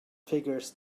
figures